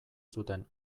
zuten